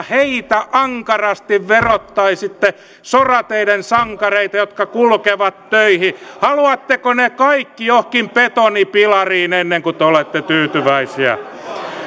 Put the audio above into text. heitä ankarasti verottaisitte sorateiden sankareita jotka kulkevat töihin haluatteko heidät kaikki johonkin betonipilariin ennen kuin te olette tyytyväisiä